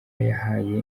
yahaye